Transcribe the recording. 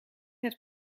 het